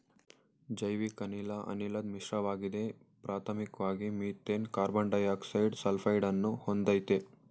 ಜೈವಿಕಅನಿಲ ಅನಿಲದ್ ಮಿಶ್ರಣವಾಗಿದೆ ಪ್ರಾಥಮಿಕ್ವಾಗಿ ಮೀಥೇನ್ ಕಾರ್ಬನ್ಡೈಯಾಕ್ಸೈಡ ಸಲ್ಫೈಡನ್ನು ಹೊಂದಯ್ತೆ